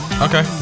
Okay